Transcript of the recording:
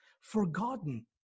forgotten